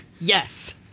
Yes